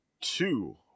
two